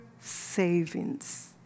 savings